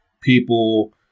people